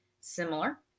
similar